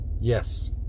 Yes